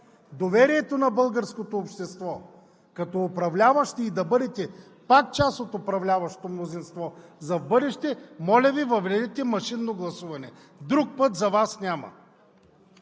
доверието на българското общество като управляващи и да бъдете пак част от управляващото мнозинство в бъдеще, моля Ви, въведете машинно гласуване. Друг път за Вас няма.